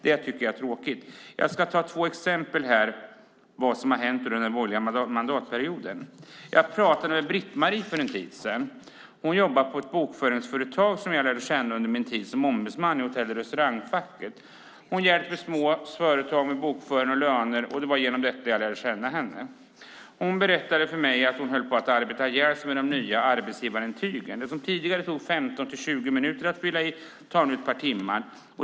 Det är tråkigt. Låt mig ta två exempel på vad som har hänt under den borgerliga mandatperioden. Jag pratade med Britt-Marie för en tid sedan. Hon jobbar på ett bokföringsföretag. Jag lärde känna henne under min tid som ombudsman i hotell och restaurangfacket. Hon hjälper små företag med bokföring och löner. Hon berättade för mig att hon höll på att arbeta ihjäl sig med de nya arbetsgivarintygen. Det som tidigare tog 15-20 minuter att fylla i tar nu ett par timmar.